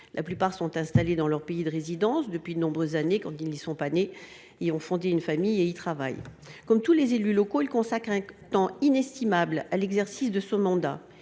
La plupart sont installés dans leur pays de résidence depuis de nombreuses années ou y sont nés. Ils y ont fondé une famille et y travaillent. Comme tous les élus locaux, ils consacrent un temps inestimable à l’exercice de leur mandat